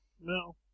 No